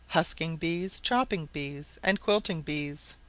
husking-bees, chopping-bees, and quilting-bees.